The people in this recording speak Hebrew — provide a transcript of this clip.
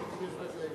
תשמע.